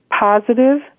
positive